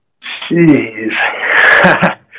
Jeez